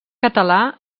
català